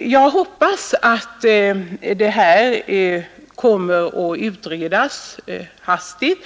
Jag hoppas att denna fråga kommer att utredas hastigt.